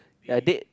you're dead